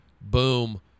boom